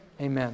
Amen